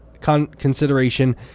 consideration